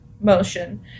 motion